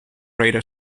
radar